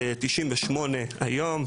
98 היום,